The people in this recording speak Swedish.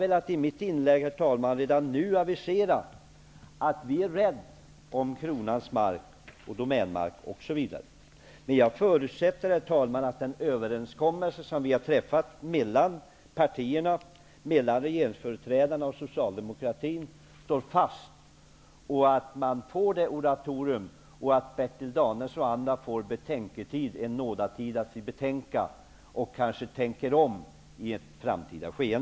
Med mitt inlägg ville jag, herr talman, redan nu avisera att vi är rädda om Kronans mark, Domänmarken osv. Men jag förutsätter att den överenskommelse som träffats mellan partierna och mellan regeringsföreträdarna och Socialdemokraterna står fast och att det blir ett moratorium. Jag hoppas också att Bertil Danielsson och andra får en nådatid, så att de kan betänka detta. Kanske de tänker om i framtiden.